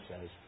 says